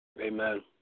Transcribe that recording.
Amen